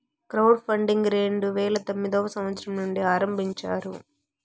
crowd funding రెండు వేల తొమ్మిదవ సంవచ్చరం నుండి ఆరంభించారు